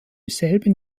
selben